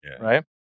Right